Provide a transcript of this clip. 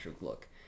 look